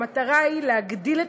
המטרה היא להגדיל את